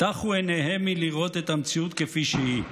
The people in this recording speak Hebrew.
טחו עיניהם מראות את המציאות כפי שהיא.